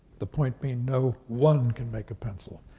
the point being no one can make a pencil.